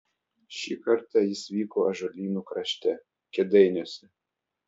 šį kartą jis vyko ąžuolynų krašte kėdainiuose